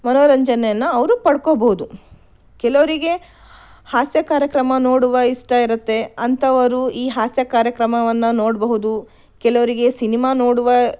ಮನೋರಂಜನೆಯನ್ನು ಅವರು ಪಡ್ಕೋಬಹುದು ಕೆಲವರಿಗೆ ಹಾಸ್ಯ ಕಾರ್ಯಕ್ರಮ ನೋಡುವ ಇಷ್ಟ ಇರತ್ತೆ ಅಂಥವರು ಈ ಹಾಸ್ಯ ಕಾರ್ಯಕ್ರಮವನ್ನು ನೋಡಬಹುದು ಕೆಲವರಿಗೆ ಸಿನಿಮಾ ನೋಡುವ